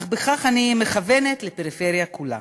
אך בכך אני מכוונת לפריפריה כולה: